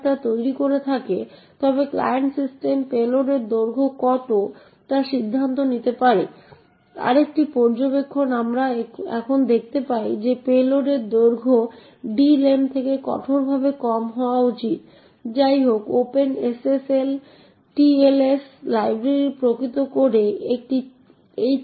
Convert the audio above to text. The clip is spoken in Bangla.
এবং এটি এই স্ট্রিংটি পার্স করা চালিয়ে যাবে এবং দেখতে পাবে একটি x আছে